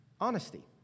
Honesty